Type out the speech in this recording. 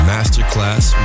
Masterclass